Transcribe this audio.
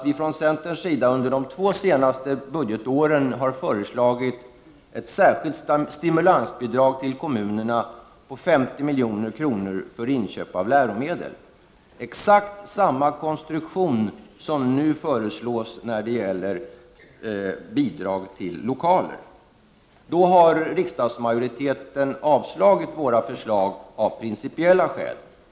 Vi i centern har nämligen under de senaste två budgetåren föreslagit ett särskilt stimulansbidrag till kommunerna om 50 milj.kr. för inköp av läromedel. Det handlar då om exakt samma konstruktion som nu föreslås när det gäller bidrag till lokaler. Men riksdagsmajoriteten har avslagit våra förslag av principiella skäl.